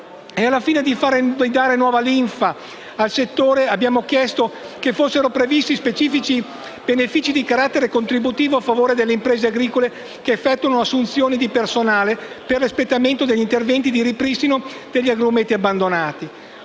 Al fine di dare nuova linfa al settore, abbiamo chiesto che fossero previsti specifici benefici di carattere contributivo a favore delle imprese agricole che effettuano assunzioni di personale per l'espletamento degli interventi di ripristino degli agrumeti abbandonati.